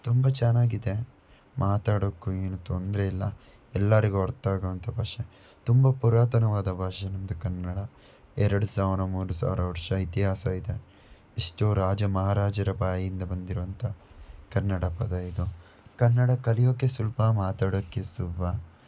ತುಂಬ ಚೆನ್ನಾಗಿದೆ ಮಾತಾಡೋಕ್ಕೂ ಏನು ತೊಂದರೆ ಇಲ್ಲ ಎಲ್ಲರಿಗೂ ಅರ್ಥವಾಗುವಂಥ ಭಾಷೆ ತುಂಬ ಪುರಾತನವಾದ ಭಾಷೆ ನಮ್ಮದು ಕನ್ನಡ ಎರಡು ಸಾವಿರ ಮೂರು ಸಾವಿರ ವರ್ಷ ಇತಿಹಾಸವಿದೆ ಎಷ್ಟೋ ರಾಜ ಮಹಾರಾಜರ ಬಾಯಿಂದ ಬಂದಿರುವಂಥ ಕನ್ನಡ ಪದ ಇದು ಕನ್ನಡ ಕಲಿಯೋಕ್ಕೆ ಸುಲಭ ಮಾತಾಡೋಕ್ಕೆ ಸುಲಭ